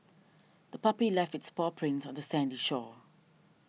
the puppy left its paw prints on the sandy shore